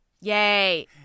yay